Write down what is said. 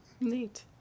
Neat